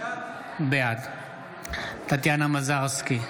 בעד טטיאנה מזרסקי,